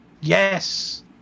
yes